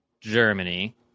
germany